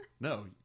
No